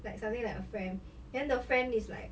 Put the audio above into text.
like something like a friend then the friend is like